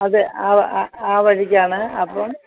അതെ ആ ആ വഴിക്കാണ് അപ്പോള്